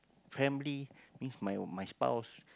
family means my my spouse